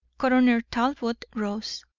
coroner talbot rose.